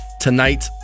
tonight